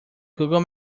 google